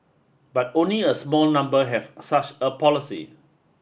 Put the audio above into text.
but only a small number have such a policy